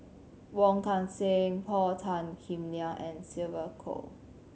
Wong Kan Seng Paul Tan Kim Liang and Sylvia Kho